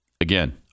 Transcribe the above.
Again